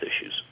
issues